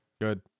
Good